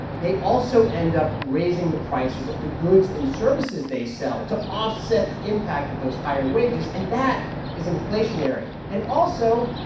they also end up raising the prices of the goods and services they sell to offset the impact of those higher wages, and that is inflationary. and also,